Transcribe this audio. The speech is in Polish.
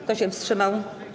Kto się wstrzymał?